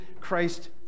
Christ